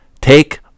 Take